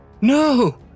No